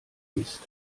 ist